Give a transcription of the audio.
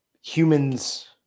humans